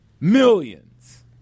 Millions